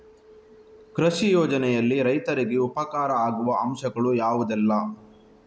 ಕೃಷಿ ಯೋಜನೆಯಲ್ಲಿ ರೈತರಿಗೆ ಉಪಕಾರ ಆಗುವ ಅಂಶಗಳು ಯಾವುದೆಲ್ಲ?